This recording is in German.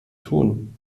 tun